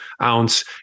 ounce